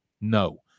No